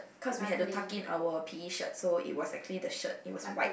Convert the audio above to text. cause we have to tuck in our P E shirt so it was actually the shirt it was white